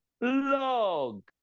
Log